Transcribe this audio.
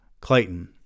Clayton